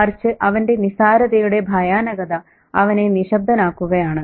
മറിച്ച് അവന്റെ നിസ്സാരതയുടെ ഭയാനകത അവനെ നിശ്ശബ്ദനാക്കുകയാണ്